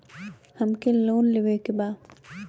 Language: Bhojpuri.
हमके लोन लेवे के बा?